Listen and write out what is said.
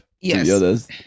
yes